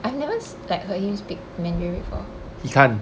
I've never like heard him speak mandarin before